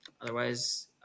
otherwise